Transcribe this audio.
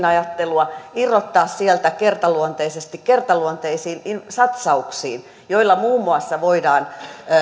ajattelua irrottaa sieltä kertaluonteisiin kertaluonteisiin satsauksiin joilla muun muassa voidaan